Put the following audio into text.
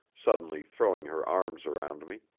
suddenly throwing her arms around me.